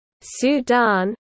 Sudan